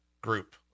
group